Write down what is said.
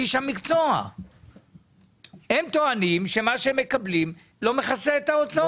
הם טוענים שמה שהם מקבלים לא מכסה את ההוצאות,